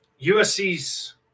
USC's